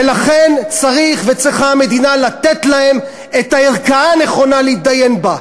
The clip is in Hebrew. ולכן צריכה המדינה לתת להם את הערכאה הנכונה להתדיין בה,